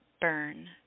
Burn